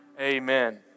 Amen